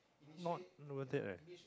not not worth it eh